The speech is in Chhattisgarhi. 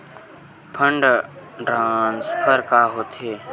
फंड ट्रान्सफर का होथे?